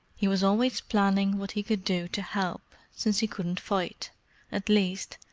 he was always planning what he could do to help, since he couldn't fight at least,